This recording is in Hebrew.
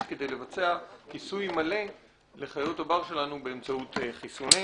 כדי לבצע כיסוי מלא לחיות הבר שלנו באמצעות חיסונים.